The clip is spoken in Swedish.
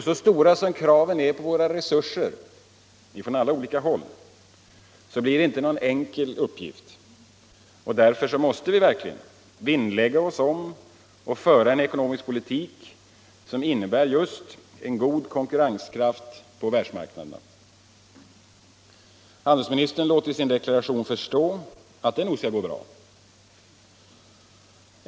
Så stora som kraven är på våra resurser från olika håll blir det inte någon enkel uppgift. Därför måste vi verkligen vinnlägga oss om att föra en ekonomisk politik som innebär just god konkurrenskraft på världsmarknaderna. Handelsministern låter i sin deklaration förstå att det nog skall gå bra.